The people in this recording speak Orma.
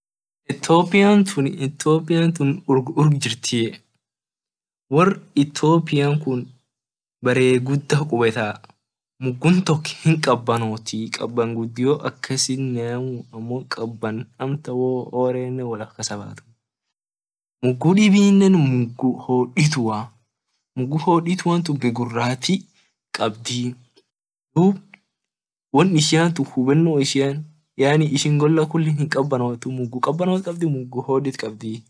Etiopian tun urg urg jirtii wor ethiopian kun bare guda kubetaa mugun tok hinkabanotii kaban gudio akasineamuu mugu dibine mugu hoditua mugu hodituan tun bii gurati kabdii dub won ishian tun mugu kabanot kabdi iyo mugu hodit kabdii.